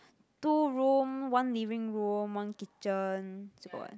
two room one living room one kitchen still got what